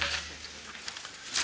Hvala.